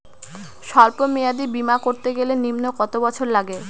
সল্প মেয়াদী বীমা করতে গেলে নিম্ন কত বছর লাগে?